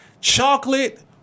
chocolate